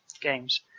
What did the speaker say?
games